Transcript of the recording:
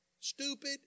stupid